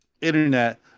internet